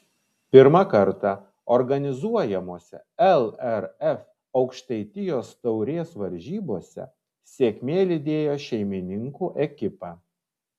pirmą kartą organizuojamose lrf aukštaitijos taurės varžybose sėkmė lydėjo šeimininkų ekipą